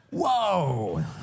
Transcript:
whoa